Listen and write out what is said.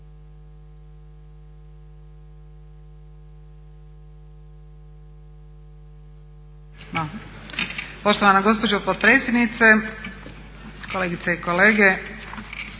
Poštovana gospođo potpredsjednice, kolegice i kolege.